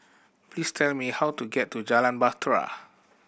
please tell me how to get to Jalan Bahtera